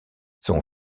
son